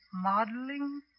Modeling